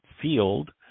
field